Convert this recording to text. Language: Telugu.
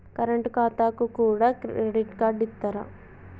కరెంట్ ఖాతాకు కూడా క్రెడిట్ కార్డు ఇత్తరా?